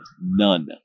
none